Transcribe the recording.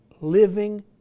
living